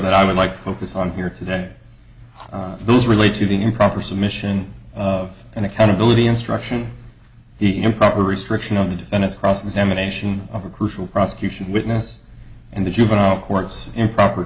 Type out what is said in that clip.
that i would like to focus on here today those relate to the improper submission of an accountability instruction the improper restriction on the defendant's cross examination of a crucial prosecution witness and the juvenile courts improper